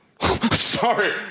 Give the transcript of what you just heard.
Sorry